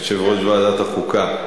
יושב-ראש ועדת החוקה.